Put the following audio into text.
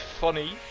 funny